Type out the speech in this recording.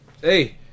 hey